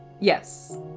Yes